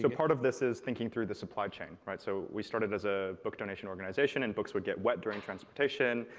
so part of this is thinking through the supply chain, right? so, we started as a book donation organization and books would get wet during transportation.